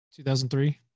2003